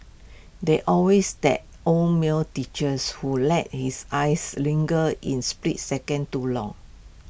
there's always that old male teachers who lets his eyes linger in split second too long